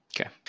Okay